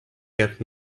kept